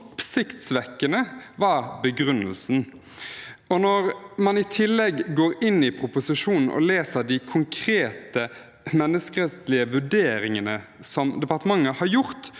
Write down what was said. oppsiktsvekkende, var begrunnelsen. Når man i tillegg går inn i proposisjonen og leser de konkrete menneskerettslige vurderingene som departementet har gjort,